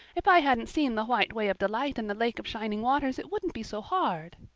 if i hadn't seen the white way of delight and the lake of shining waters it wouldn't be so hard.